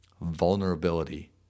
Vulnerability